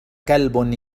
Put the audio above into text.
كلب